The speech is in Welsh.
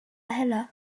heno